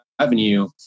revenue